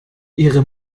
ihre